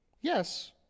Yes